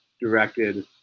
directed